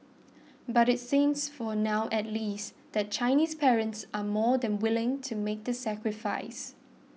but it seems for now at least that Chinese parents are more than willing to make the sacrifice